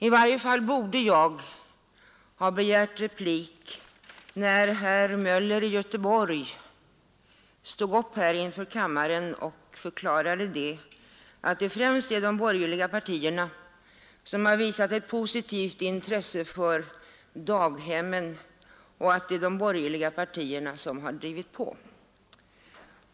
I varje fall borde jag ha begärt replik när herr Möller i Göteborg stod upp här inför kammaren och förklarade att det främst är de borgerliga partierna som har visat positivt intresse för daghemsfrågan och att det är de borgerliga partierna som har drivit på.